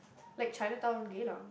like Chinatown Geylang